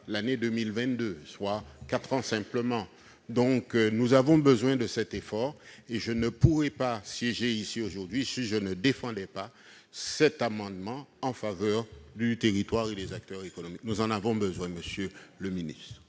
l'année 2022, soit quatre ans simplement après Irma. Nous avons pourtant besoin de cet effort. Je ne pourrais pas siéger ici aujourd'hui si je ne défendais pas cet amendement en faveur de mon territoire et de ses acteurs économiques. Nous en avons besoin, monsieur le secrétaire